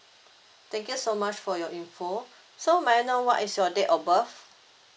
thank you so much for your info so may I know what is your date of birth